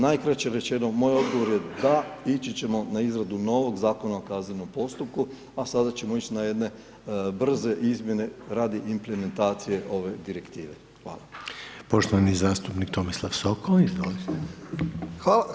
Najkraće rečeno, moj odgovor je da, ići ćemo na izradu novog Zakona o kaznenom postupku, a sada ćemo ići na jedne brze izmjene radi implementacije ove Direktive.